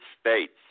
States